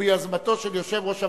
ומיוזמתו של יושב-ראש הוועדה,